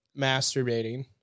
masturbating